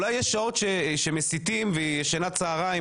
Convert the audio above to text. אולי יש שעות שמסיתים והיא ישנה צוהריים